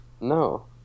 No